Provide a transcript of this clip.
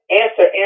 answer